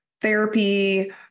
therapy